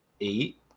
eight